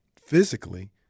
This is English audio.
physically